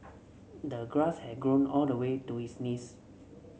the grass had grown all the way to his knees